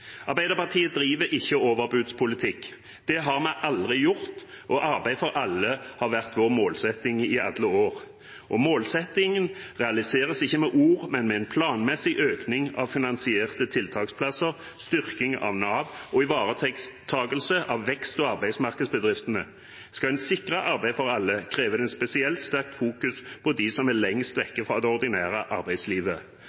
Arbeiderpartiet driver ikke overbudspolitikk. Det har vi aldri gjort og arbeid for alle har vært vår målsetting i alle år. Målsettingen realiseres ikke med ord, men med en planmessig økning av finansierte tiltaksplasser, styrking av Nav og ivaretakelse av vekst- og arbeidsmarkedsbedriftene. Skal en sikre arbeid for alle, krever det spesielt sterkt fokus på dem som er lengst